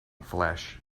flesh